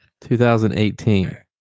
2018